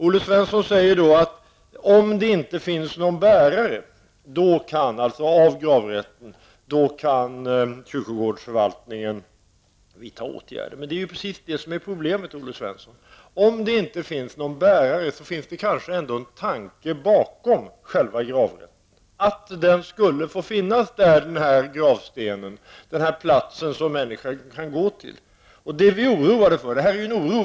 Olle Svensson säger, att om det inte finns någon bärare av gravrätten, så kan kyrkogårdsförvaltningen vidta åtgärder. Men det är precis det som är problemet, Olle Svensson. Om det inte finns någon bärare, finns det kanske ändå en tanke bakom gravrätten. Det bör kanske ändå finnas en gravsten och en plats som anhöriga kan besöka.